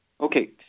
Okay